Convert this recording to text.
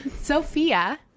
Sophia